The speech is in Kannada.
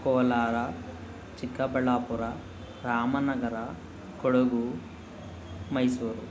ಕೋಲಾರ ಚಿಕ್ಕಬಳ್ಳಾಪುರ ರಾಮನಗರ ಕೊಡಗು ಮೈಸೂರು